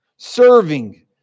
Serving